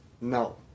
No